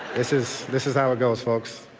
this is this is how it goes, folks.